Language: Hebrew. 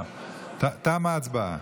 תמה הצבעה.